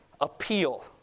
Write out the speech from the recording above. Appeal